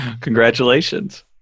Congratulations